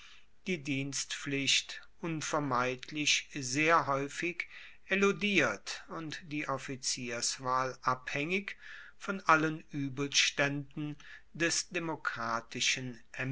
die dienstpflicht unvermeidlich sehr haeufig eludiert und die offizierswahl abhaengig von allen uebelstaenden des demokratischen